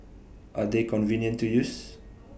are they convenient to use